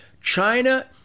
China